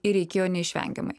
ir reikėjo neišvengiamai